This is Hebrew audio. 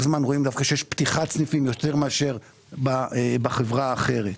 זמן רואים דווקא שיש פתיחת סניפים יותר מאשר בחברה האחרת.